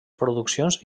produccions